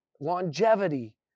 longevity